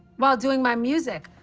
while doing my music.